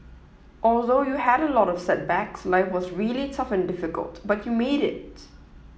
although you had a lot of setbacks life was really tough and difficult but you made it